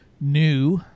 new